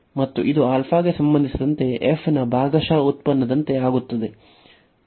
ಮತ್ತು ಇದು ಗೆ ಸಂಬಂಧಿಸಿದಂತೆ f ನ ಭಾಗಶಃ ಉತ್ಪನ್ನದಂತೆ ಆಗುತ್ತದೆ